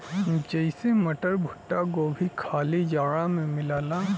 जइसे मटर, भुट्टा, गोभी खाली जाड़ा मे मिलला